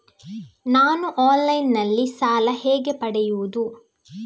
ನಾನು ಆನ್ಲೈನ್ನಲ್ಲಿ ಸಾಲ ಹೇಗೆ ಪಡೆಯುವುದು?